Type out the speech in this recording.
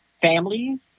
families